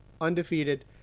undefeated